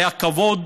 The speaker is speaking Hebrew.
הרי הכבוד